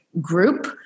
group